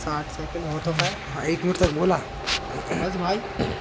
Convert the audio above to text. साठ सेकेंड हो तो गए हाँ एक मिनट तक बोला बस भाई